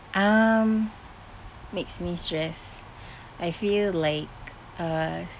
um makes me stressed I feel like uh